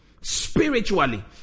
spiritually